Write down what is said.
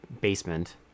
basement